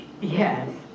Yes